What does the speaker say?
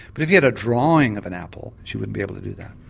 but if you had a drawing of an apple she wouldn't be able to do that.